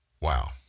Wow